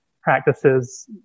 practices